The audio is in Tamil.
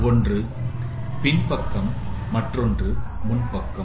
ஒன்று பின்பக்கம் மற்றொன்று முன்பக்கம்